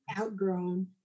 outgrown